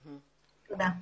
תודה.